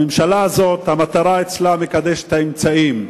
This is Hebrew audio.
הממשלה הזאת, המטרה אצלה מקדשת את האמצעים,